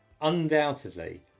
undoubtedly